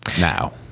now